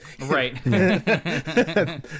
Right